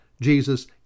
Jesus